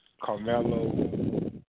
Carmelo